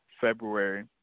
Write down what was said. February